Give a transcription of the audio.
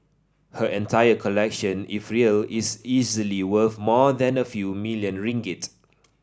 her entire collection if real is easily worth more than a few million ringgit